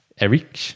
Eric